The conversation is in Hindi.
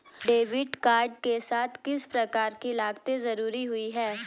डेबिट कार्ड के साथ किस प्रकार की लागतें जुड़ी हुई हैं?